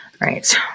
Right